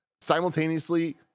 Simultaneously